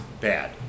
bad